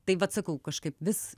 tai vat sakau kažkaip vis